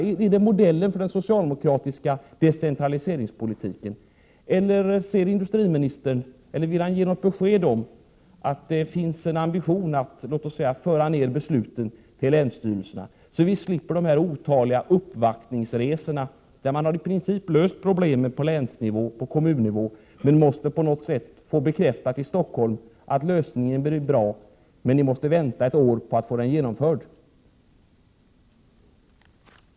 Är det modellen för den socialdemokratiska decentraliseringspolitiken? Eller vill industriministern ge besked om att det finns en ambition att föra ned besluten till länsstyrelserna? Då skulle vi slippa otaliga uppvaktningsresor om frågor som man i princip har löst på länsnivå och kommunnivå, men måste få bekräftat i Stockholm att lösningarna blir bra — och så vänta i ett år på att få genomföra dem.